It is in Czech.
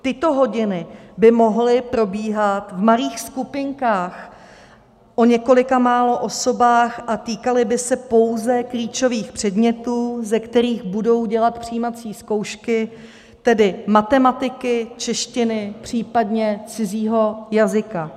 Tyto hodiny by mohly probíhat v malých skupinkách o několika málo osobách a týkaly by se pouze klíčových předmětů, ze kterých budou dělat přijímací zkoušky, tedy matematiky, češtiny, případně cizího jazyka.